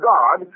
God